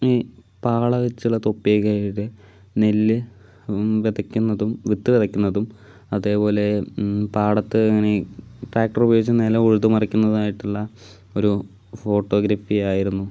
ഈ പാള വെച്ചുള്ള തൊപ്പിയൊക്കെ ആയിട്ട് നെല്ല് വിതക്കുന്നതും വിത്ത് വിതകുന്നതും അതേപോലെ പാടത്ത് ഈ ട്രാക്ടർ ഉപയോഗിച്ച് നിലം ഉഴുത് മറിക്കുന്നതും ആയിട്ടുള്ള ഒരു ഫോട്ടോഗ്രാഫി ആയിരുന്നു